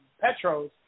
Petro's